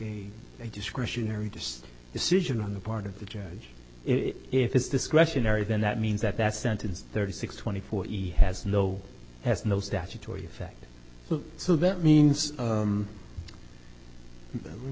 a discretionary just decision on the part of the judge if it's discretionary then that means that that sentence thirty six twenty four has no has no statutory effect so that means